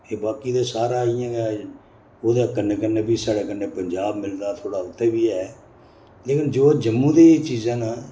ते बाकी ते सारा इयां गै ओह्दे कन्नै कन्नै गै स्हाड़े कन्नै पंजाब मिलदा थोह्ड़ा उत्थै बी ऐ लेकिन जो जम्मू दी चीजां न